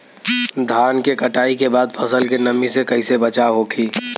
धान के कटाई के बाद फसल के नमी से कइसे बचाव होखि?